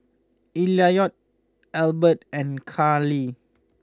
Elliot Ebert and Carlie